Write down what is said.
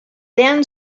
then